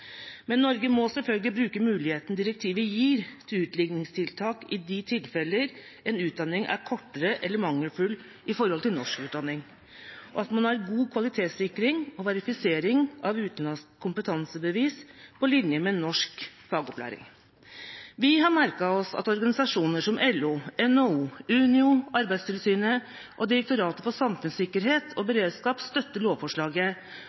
Men Norge må selvfølgelig bruke muligheten direktivet gir til utligningstiltak i de tilfeller en utdanning er kortere eller mangelfull i forhold til norsk utdanning, at man har god kvalitetssikring og verifisering av utenlandske kompetansebevis på linje med norsk fagopplæring. Vi har merket oss at organisasjoner som LO, NHO og Unio og Arbeidstilsynet og Direktoratet for samfunnssikkerhet og beredskap støtter lovforslaget,